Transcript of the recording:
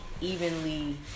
evenly